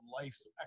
Life's